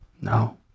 No